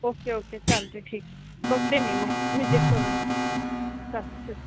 okay okay चालते ठीक आहे बघते मी मग विजिट करून चालेल ठेवते